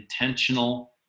intentional